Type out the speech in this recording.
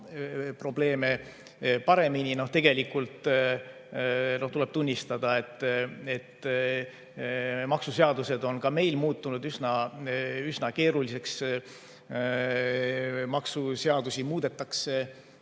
probleeme paremini. Tuleb tunnistada, et maksuseadused on ka meil muutunud üsna keeruliseks. Maksuseadusi muudetakse